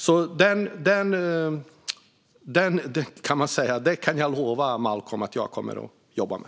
Det kan jag lova Malcolm Momodou Jallow att jag kommer att jobba med.